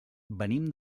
venim